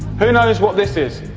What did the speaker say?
who knows what this is?